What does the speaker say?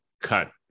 cut